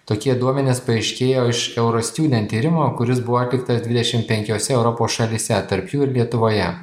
tokie duomenys paaiškėjo iš euro student tyrimo kuris buvo atliktas dvidešim penkiose šalyse tarp jų ir lietuvoje